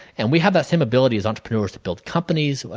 and we have that same ability as entrepreneurs to build companies.